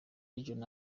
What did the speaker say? region